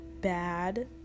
bad